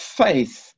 faith